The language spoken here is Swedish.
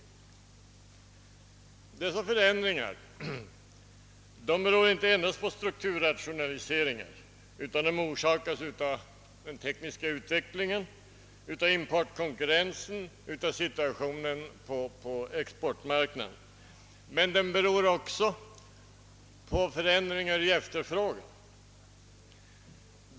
Dessa förändringar beror inte endast på strukturrationaliseringen, utan de orsakas även av den tekniska utvecklingen, importkonkurrensen och av situationen på exportmarknaden. Men de sammanhänger dessutom med förändringar i efterfrågan.